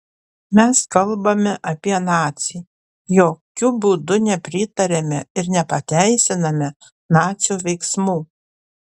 mes kalbame apie nacį jokiu būdu nepritariame ir nepateisiname nacių veiksmų